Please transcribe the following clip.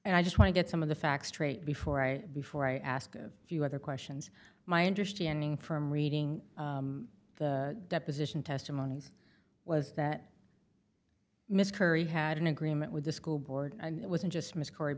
and i just want to get some of the facts straight before i before i ask a few other questions my understanding from reading the deposition testimonies was that miss curry had an agreement with the school board and it wasn't just ms c